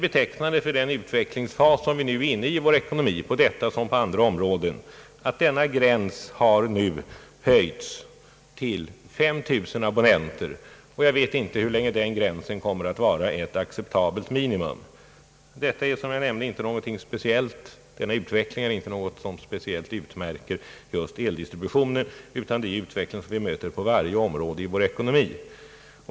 Betecknande för den utvecklingsfas som vi nu i vår ekonomi är inne i på detta som på andra områden, är att denna gräns nu höjts till 5000 abonnenter, och jag vet inte hur länge den gränsen kommer att vara ett acceptabelt minimum. Denna utveckling är som jag nämnde inte något speciellt utmärkande för just eldistributionen, utan det är en utveckling som vi möter på varje område i vår ekonomi.